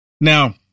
Now